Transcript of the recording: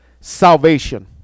salvation